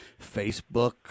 Facebook